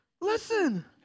Listen